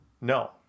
no